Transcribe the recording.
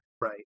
Right